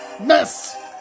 Mess